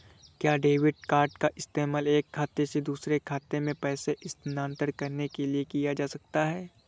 क्या debit card का इस्तेमाल एक खाते से दूसरे खाते में पैसे स्थानांतरण करने के लिए किया जा सकता है?